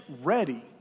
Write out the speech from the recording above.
ready